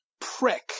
prick